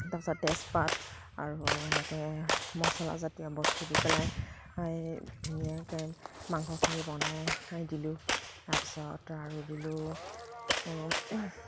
তাৰ পিছত তেজপাত আৰু এনেকে মছলাজাতীয় বস্তু দি পেলাই আই ধুনীয়াকে মাংসখিনি বনাই দিলোঁ তাৰ পিছত আৰু দিলোঁ